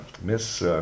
Miss